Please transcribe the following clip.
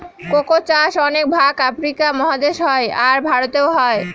cocoa চাষ অনেক ভাগ আফ্রিকা মহাদেশে হয়, আর ভারতেও হয়